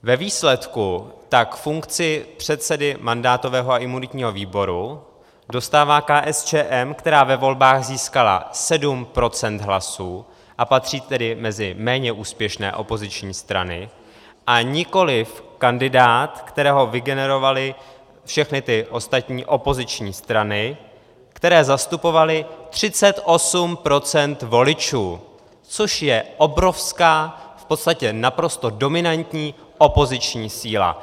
Ve výsledku tak funkci předsedy mandátového a imunitního výboru dostává KSČM, která ve volbách získala 7 % hlasů, a patří tedy mezi méně úspěšné opoziční strany, a nikoli kandidát, kterého vygenerovaly všechny ostatní opoziční strany, které zastupovaly 38 % voličů, což je obrovská, v podstatě naprosto dominantní opoziční síla.